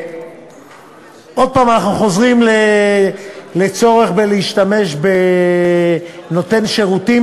עוד הפעם אנחנו חוזרים לצורך בנותן שירותים,